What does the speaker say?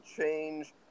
change